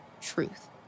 truth